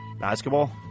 Basketball